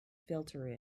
filter